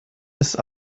ist